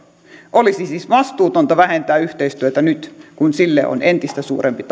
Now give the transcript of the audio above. olisi siis vastuutonta vähentää yhteistyötä nyt kun sille on entistä suurempi